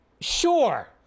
Sure